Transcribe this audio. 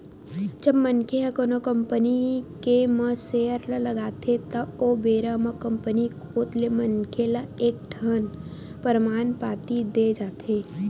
जब मनखे ह कोनो कंपनी के म सेयर ल लगाथे त ओ बेरा म कंपनी कोत ले मनखे ल एक ठन परमान पाती देय जाथे